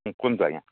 ହଁ କୁହନ୍ତୁ ଆଜ୍ଞା